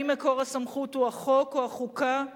האם מקור הסמכות הוא החוק או החוקה,